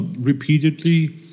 repeatedly